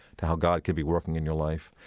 to how god could be working in your life,